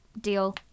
deal